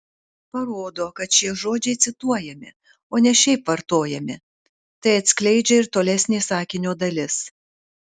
parodo kad šie žodžiai cituojami o ne šiaip vartojami tai atskleidžia ir tolesnė sakinio dalis